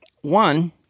One